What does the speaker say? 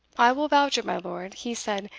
i will vouch it, my lord, he said,